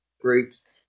groups